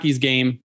game